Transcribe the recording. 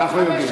אנחנו יודעים.